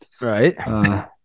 Right